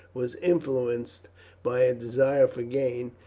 was influenced by a desire for gain,